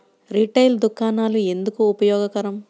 Retail దుకాణాలు ఎందుకు ఉపయోగకరం?